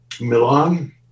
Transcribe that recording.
Milan